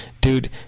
dude